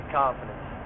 confidence